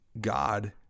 God